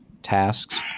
tasks